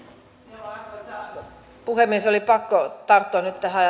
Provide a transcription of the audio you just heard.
arvoisa puhemies oli pakko tarttua nyt tähän